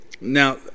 Now